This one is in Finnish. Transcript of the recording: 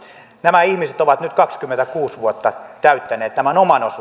nämä ihmiset ovat nyt kaksikymmentäkuusi vuotta täyttäneet tämän oman